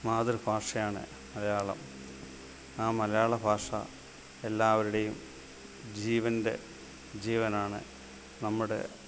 മാതൃഭാഷയാണ് മലയാളം ആ മലയാളഭാഷ എല്ലാവരുടെയും ജീവൻ്റെ ജീവനാണ് നമ്മുടെ